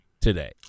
today